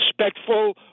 respectful